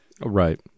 Right